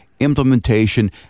implementation